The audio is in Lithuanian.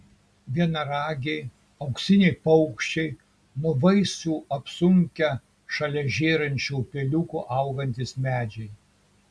vienaragiai auksiniai paukščiai nuo vaisių apsunkę šalia žėrinčių upeliukų augantys medžiai